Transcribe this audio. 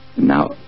now